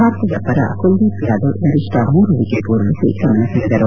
ಭಾರತದ ಪರ ಕುಲ್ದೀಪ್ ಯಾದವ್ ಗರಿಷ್ಟ ಮೂರು ವಿಕೆಟ್ ಉರುಳಿಸಿ ಗಮನ ಸೆಳೆದರು